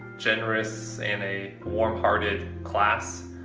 generous, and a warm-hearted class.